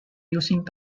using